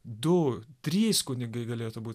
du trys kunigai galėtų būt